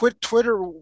Twitter